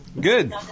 good